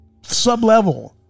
sublevel